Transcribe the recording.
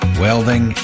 welding